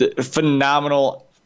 phenomenal